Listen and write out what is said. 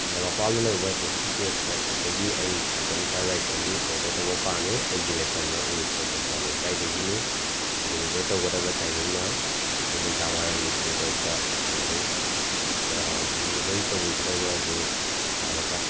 ꯅꯒꯥꯃꯄꯥꯜꯗ ꯂꯩꯕ ꯇꯦꯁꯇꯤ ꯇꯦꯁ ꯐꯦꯁꯐꯨꯠꯇꯒꯤ ꯑꯩ ꯆꯤꯀꯟ ꯐ꯭ꯔꯥꯏ ꯔꯥꯏꯁ ꯑꯅꯤ ꯑꯣꯔꯗꯔ ꯇꯧꯕ ꯄꯥꯝꯃꯤ ꯑꯩꯒꯤ ꯂꯩꯐꯝꯅ ꯎꯔꯤꯄꯣꯛ ꯈꯣꯏꯁꯅꯥꯝ ꯂꯩꯀꯥꯏꯗꯒꯤꯅꯤ ꯗꯦꯂꯤꯕꯔ ꯇꯧꯒꯗꯕ ꯇꯥꯏꯃꯤꯡꯅ ꯅꯨꯡꯃꯤꯗꯥꯡꯋꯥꯏꯔꯝꯒꯤ ꯄꯨꯡ ꯇꯔꯨꯛꯇ ꯄꯥꯝꯖꯩ ꯗ ꯗꯤꯂꯤꯕꯔꯤ ꯇꯧꯕꯤꯒꯗꯕꯁꯦ ꯌꯥꯒꯗ꯭ꯔꯥ